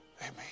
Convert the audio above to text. Amen